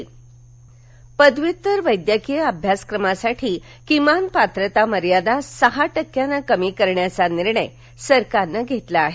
नीट पदव्युत्तर वैद्यकीय अभ्यासक्रमासाठी किमान पात्रता मर्यादा सहा टक्क्यानं कमी करण्याचा निर्णय सरकारनं घेतला आहे